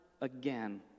again